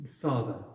Father